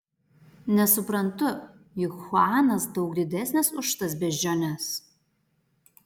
nesuprantu juk chuanas daug didesnis už tas beždžiones